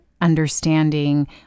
understanding